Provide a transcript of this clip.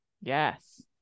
Yes